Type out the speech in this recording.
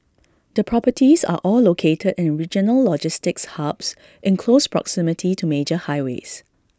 the properties are all located in regional logistics hubs in close proximity to major highways